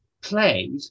played